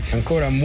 ancora